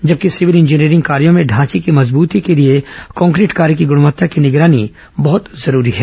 जबकि civil engineering कार्यों में ढांचे की मजबूती के लिए कांक्रीट कार्य की गुणवत्ता की निगरानी बहुत जरूरी है